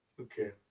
Okay